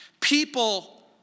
People